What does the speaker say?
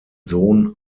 sohn